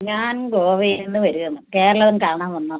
ഞാൻ ഗോവയിൽ നിന്ന് വരികയാണ് കേരളം ഒന്ന് കാണാൻ വന്നതാണ്